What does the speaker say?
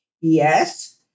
yes